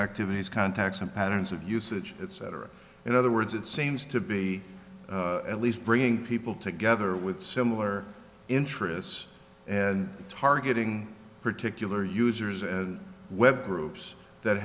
activities contacts and patterns of usage etc in other words it seems to be at least bringing people together with similar interests and targeting particular users and web groups that